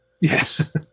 Yes